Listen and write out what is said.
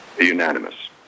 unanimous